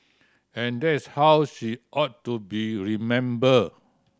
and that's how she ought to be remembered